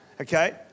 okay